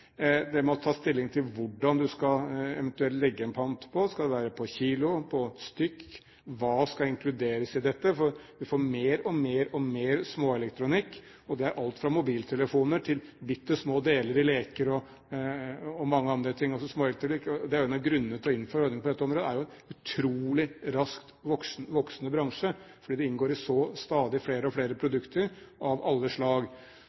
Det må tas stilling til hvordan en eventuelt skal legge på en pant. Skal det være på kilo, på stykk? Hva skal inkluderes i dette? For du får mer og mer og mer småelektronikk. Det er alt fra mobiltelefoner til bitte små deler i leker og i mange andre ting, altså småelektronikk. En av grunnene til å innføre ordningen på dette området er jo en utrolig raskt voksende bransje, for dette inngår i stadig flere og flere produkter av alle slag.